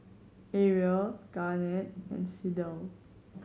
Ariel Garnett and Sydell